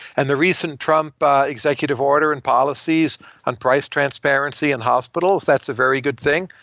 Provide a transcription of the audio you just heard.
and the recent trump executive order and policies on price transparency in hospitals, that's a very good thing.